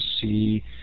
see